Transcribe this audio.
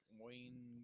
Wayne